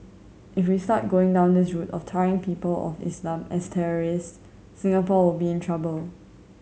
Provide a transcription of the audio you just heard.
if we start going down this route of tarring people of Islam as terrorists Singapore will be in trouble